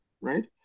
right